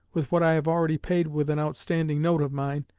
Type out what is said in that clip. with what i have already paid with an outstanding note of mine,